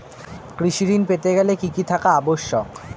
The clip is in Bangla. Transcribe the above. কৃষি ঋণ পেতে গেলে কি কি থাকা আবশ্যক?